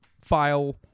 file